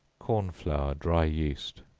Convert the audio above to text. corn flour dry yeast.